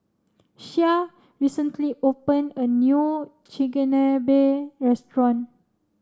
Shea recently open a new Chigenabe restaurant